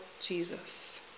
Jesus